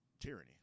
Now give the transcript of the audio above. tyranny